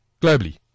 Globally